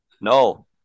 No